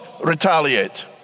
retaliate